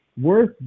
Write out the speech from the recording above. worth